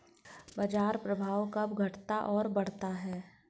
बाजार प्रभाव कब घटता और बढ़ता है?